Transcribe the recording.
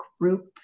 group